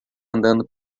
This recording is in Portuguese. andando